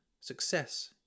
success